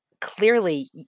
clearly